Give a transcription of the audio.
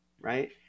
right